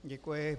Děkuji.